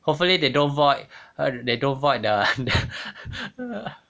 hopefully they don't void uh they don't void the